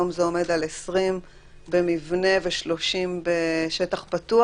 היום זה עומד על 20 במבנה ו-30 בשטח פתוח.